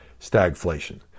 stagflation